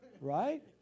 Right